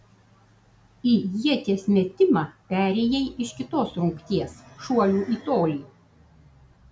į ieties metimą perėjai iš kitos rungties šuolių į tolį